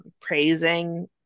praising